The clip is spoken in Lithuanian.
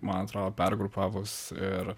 man atrodo pergrupavus ir